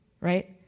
right